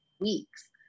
weeks